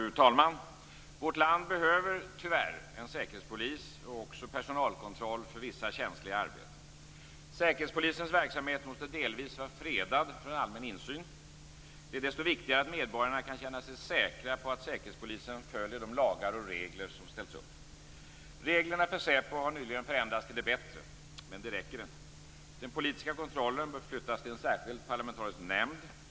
Fru talman! Vårt land behöver - tyvärr - en säkerhetspolis och också personalkontroll för vissa känsliga arbeten. Säkerhetspolisens verksamhet måste delvis vara fredad från allmän insyn. Det är desto viktigare att medborgarna kan känna sig säkra på att säkerhetspolisen följer de lagar och regler som ställts upp. Reglerna för SÄPO har nyligen förändrats till det bättre. Men det räcker inte. Den politiska kontrollen bör flyttas till en särskild parlamentarisk nämnd.